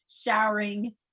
showering